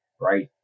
right